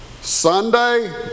Sunday